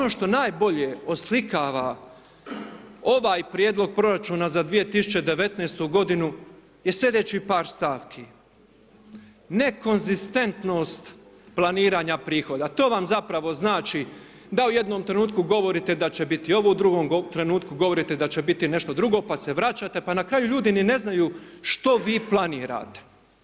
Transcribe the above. Ali ono što najbolje oslikava ovaj prijedlog proračuna za 2019. g. je sljedeći par stavki, nekonzistentnost planiranja prihoda, to vam zapravo znači, da u jednom trenutku govorite da će biti ovo, u drugom trenutku govorite da će biti nešto drugo, pa se vraćate, pa na kraju ljudi ni ne znaju šta vi planirate.